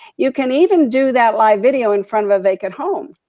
you can even do that live video in front of a vacant home.